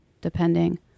depending